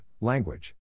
language